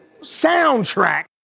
soundtrack